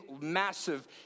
massive